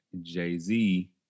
Jay-Z